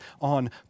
on